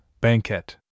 Banquet